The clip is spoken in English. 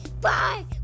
Bye